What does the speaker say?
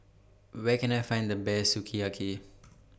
Where Can I Find The Best Sukiyaki